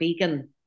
vegan